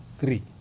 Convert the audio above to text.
three